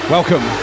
Welcome